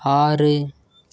ஆறு